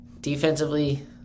defensively